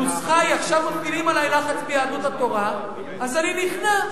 הנוסחה היא: עכשיו מפעילים עלי לחץ מיהדות התורה אז אני נכנע.